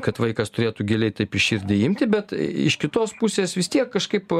kad vaikas turėtų giliai taip į širdį imti bet iš kitos pusės vis tiek kažkaip